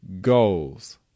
goals